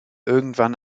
irgendwann